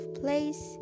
place